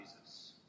Jesus